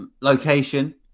Location